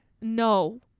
No